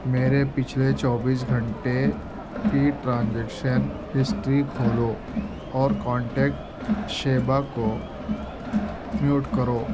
میرے پچھلے چوبیس گھنٹے کی ٹرانزیکشن ہسٹری کھولو اور کانٹیکٹ شیبہ کو میوٹ کرو